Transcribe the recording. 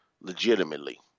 legitimately